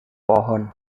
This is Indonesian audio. pohon